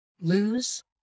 Lose